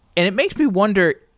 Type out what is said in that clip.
and it makes me wonder,